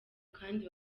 kandi